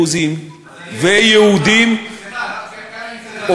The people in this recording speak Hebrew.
דרוזים ויהודים, סליחה, כאן אני צריך לתקן אותך.